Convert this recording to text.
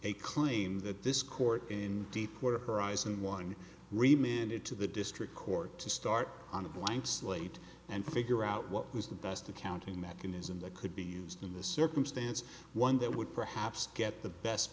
a claim that this court in deepwater horizon one remained it to the district court to start on a blank slate and figure out what was the best accounting mechanism that could be used in this circumstance one that would perhaps get the best